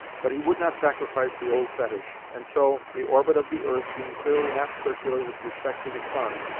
but he would not sacrifice the old fetish, and so, the orbit of the earth being clearly not circular with respect to the sun,